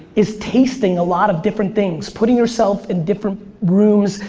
is tasting a lot of different things. putting yourself in different rooms,